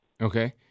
Okay